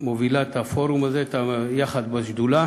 מובילה את הפורום הזה יחד בשדולה.